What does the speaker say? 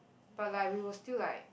but like we will still like